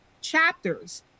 chapters